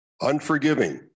unforgiving